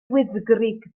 wyddgrug